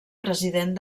president